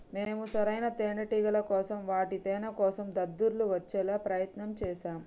మేము సరైన తేనేటిగల కోసం వాటి తేనేకోసం దద్దుర్లు వచ్చేలా ప్రయత్నం చేశాం